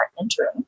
entering